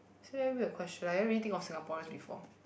so many weird questions I never really think of Singaporeans before